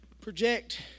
Project